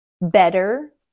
better